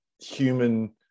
human